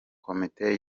komite